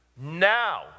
Now